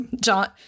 John